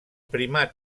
primat